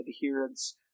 adherence